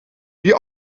wie